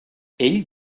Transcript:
ell